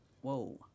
Whoa